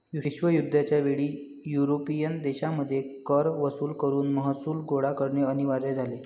विश्वयुद्ध च्या वेळी युरोपियन देशांमध्ये कर वसूल करून महसूल गोळा करणे अनिवार्य झाले